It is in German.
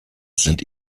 sind